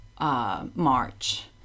march